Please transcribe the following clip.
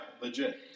Legit